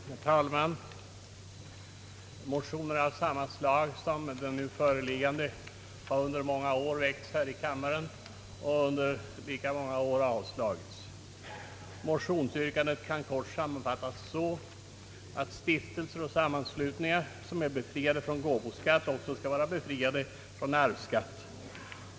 Herr talman! Motioner av samma slag som nu föreliggande har under många år väckts här i kammaren och under lika många år avslagits. Yrkandet i motionen I: 260 kan kort sammanfattas så, att stiftelser och sam manslutningar som är befriade från gåvoskatt också skall vara befriade från arvsskatt.